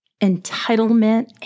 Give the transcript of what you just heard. entitlement